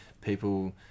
people